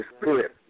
spirit